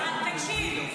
תקשיב,